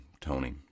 Tony